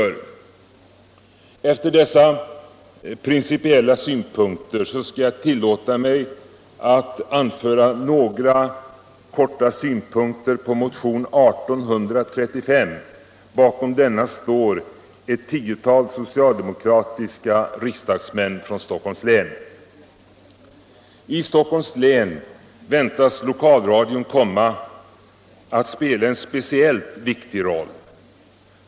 Efter att ha framfört dessa principiella synpunkter skall jag tillåta mig att kortfattat anlägga några synpunkter på motionen 1835. Bakom denna står ett tiotal socialdemokratiska riksdagsmän från Stockholms län. I Stockholms län väntas lokalradion komma att spela en speciellt viktig roll.